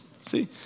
See